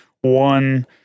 one